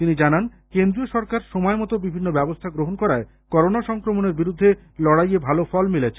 তিনি জানান কেন্দ্রীয় সরকার সময়মতো বিধি ব্যবস্থা গ্রহণ করায় করোনা সংক্রমণের বিরুদ্ধে লডাইয়ে ভালো ফল মিলেছে